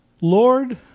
Lord